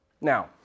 Now